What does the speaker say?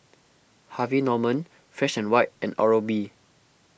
Harvey Norman Fresh and White and Oral B